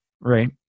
Right